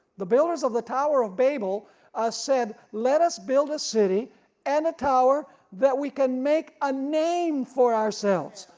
the builders of the tower of babel said let us build a city and a tower that we can make a name for ourselves.